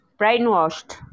Brainwashed